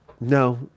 No